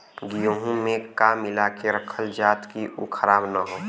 गेहूँ में का मिलाके रखल जाता कि उ खराब न हो?